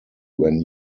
when